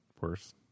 worse